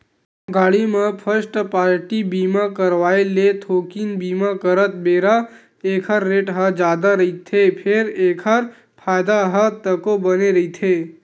गाड़ी म first party बीमा करवाय ले थोकिन बीमा करत बेरा ऐखर रेट ह जादा रहिथे फेर एखर फायदा ह तको बने रहिथे